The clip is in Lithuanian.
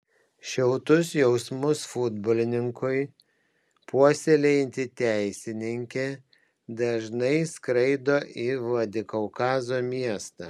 šiltus jausmus futbolininkui puoselėjanti teisininkė dažnai skraido į vladikaukazo miestą